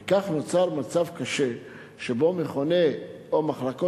וכך נוצר מצב קשה שבו מכוני ההמטולוגיה,